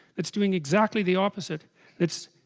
that's doing exactly the opposite it's